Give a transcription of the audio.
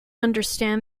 understand